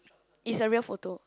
it's a real photo